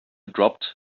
dropped